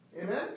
Amen